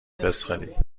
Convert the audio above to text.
فسقلی